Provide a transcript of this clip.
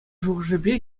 шухӑшӗпе